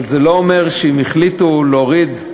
אבל זה לא אומר שאם החליטו להוריד,